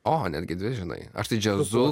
o netgi dvi žinai aš tai džiazu